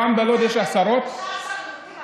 גם בלוד יש עשרות עצורים.